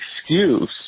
excuse